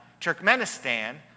Turkmenistan